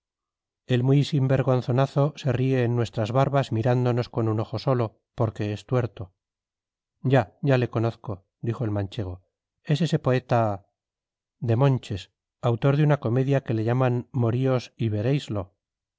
el muy sinvergonzonazo se ríe en nuestras barbas mirándonos con un ojo solo porque es tuerto ya ya le conozco dijo el manchego es ese poeta demonches autor de una comedia que la llaman moríos y vereislo